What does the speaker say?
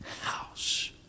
house